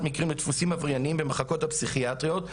מקרים לדפוסים עברייניים במחלקות הפסיכיאטריות.